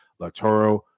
Latoro